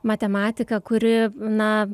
matematika kuri na